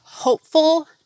Hopeful